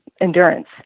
endurance